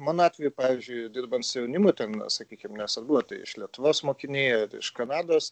mano atveju pavyzdžiui dirbant su jaunimu ten sakykime nesvarbu ar tai iš lietuvos mokiniai iš kanados